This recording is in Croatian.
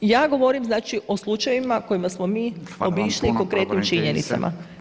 Ja govorim znači o slučajevima koje smo mi obišli i konkretnim činjenicama